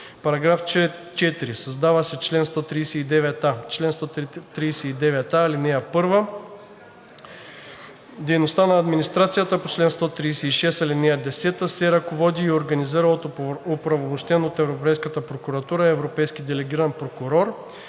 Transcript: § 4: „§ 4. Създава се чл. 139а: „Чл. 139а. (1) Дейността на администрацията по чл. 136, ал. 10 се ръководи и организира от оправомощен от Европейската прокуратура европейски делегиран прокурор,